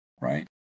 right